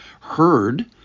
heard